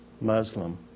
Muslim